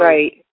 Right